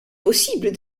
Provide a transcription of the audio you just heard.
possible